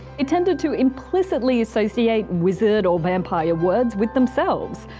tended to implicitly associate wizard or vampire words with themselves,